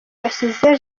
ashyize